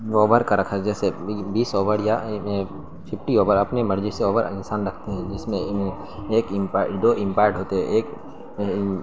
over کا رکھا جیسے بیس اوور یا ففٹی اوور اپنی مرضی سے اوور انسان رکھتے ہیں جس میں ایک دو امپائرڈ ہوتے ہیں ایک